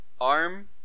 arm